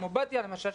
כמו בתיה למשל,